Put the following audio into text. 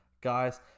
guys